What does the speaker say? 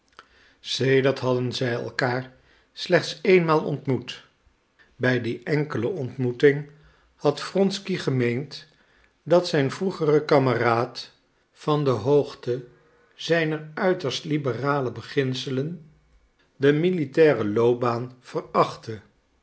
sedert hadden zij elkander slechts eenmaal ontmoet bij die enkele ontmoeting had wronsky gemeend dat zijn vroegere kameraad van de hoogte zijner uiterst liberale beginselen de militaire loopbaan verachtte